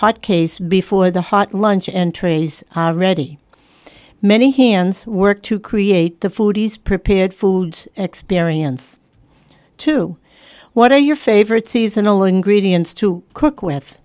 hot case before the hot lunch and trays ready many hands work to create the food he's prepared food experience to what are your favorite seasonal ingredients to cook with